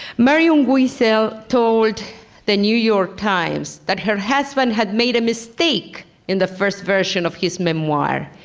marion wiesel told the new york times that her husband had made a mistake in the first version of his memoir.